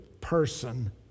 person